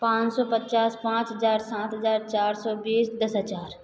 पाँच सौ पच्चास पाँच हज़ार सात हज़ार चार सौ बीस दस हज़ार